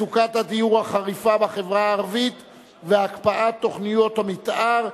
מצוקת הדיור החריפה בחברה הערבית והקפאת תוכניות המיתאר,